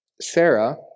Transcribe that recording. Sarah